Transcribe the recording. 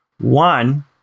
One